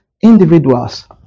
individuals